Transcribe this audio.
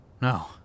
No